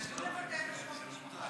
תלמדו לבטא את שמות המשפחה.